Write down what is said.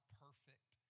perfect